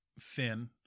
thin